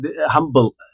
humble